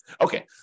Okay